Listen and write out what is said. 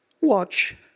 watch